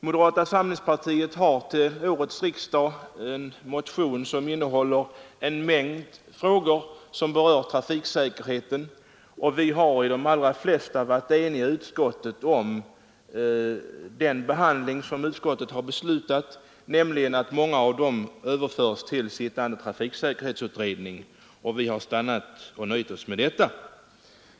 Moderata samlingspartiet har till årets riksdag väckt motioner i en mängd frågor som hör till trafiksäkerheten, och vid utskottsbehandlingen har de allra flesta av oss varit eniga om att många av de frågorna bör föras över till den sittande trafiksäkerhetsutredningen. Vi har också nöjt oss med det.